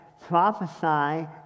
prophesy